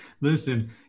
listen